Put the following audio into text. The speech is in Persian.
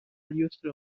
الیسر